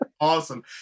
Awesome